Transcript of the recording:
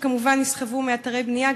שכמובן נסחבו מאתרי בנייה,